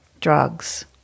drugs